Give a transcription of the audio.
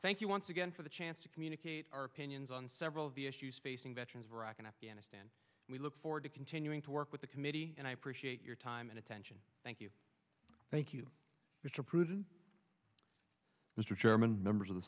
thank you once again for the chance to communicate our opinions on several of the issues facing veterans of iraq and afghanistan we look forward to continuing to work with the committee and i appreciate your time and attention thank you thank you mr president mr chairman members of the